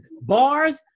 bars